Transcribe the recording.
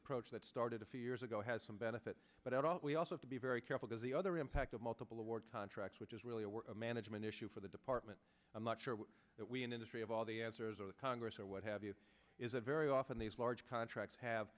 approach that started a few years ago has some benefit but i don't we also to be very careful because the other impact of multiple award contracts which is really a were a management issue for the department i'm not sure that we in industry of all the answers or the congress or what have you is a very often these large contracts have